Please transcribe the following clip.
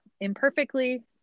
imperfectly